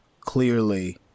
Clearly